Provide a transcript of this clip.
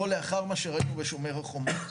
לא לאחר מה שראינו ב"שומר החומות".